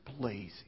blazing